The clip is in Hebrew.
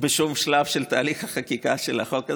ובשום שלב של תהליך החקיקה של החוק הזה,